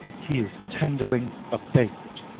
he is tendering a bait.